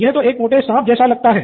यह तो एक मोटे सांप जैसा लगता है